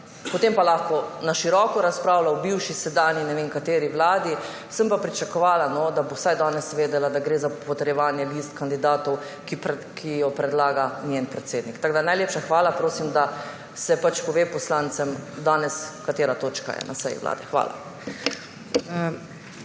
potem pa lahko na široko razpravlja o bivši, sedanji, ne vem kateri vladi. Sem pa pričakovala, da bo vsaj danes vedela, da gre za potrjevanje list kandidatov, ki jih predlaga njen predsednik. Najlepša hvala. Prosim, da se pove poslancem, katera točka je danes na seji. Hvala.